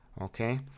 Okay